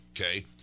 okay